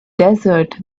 desert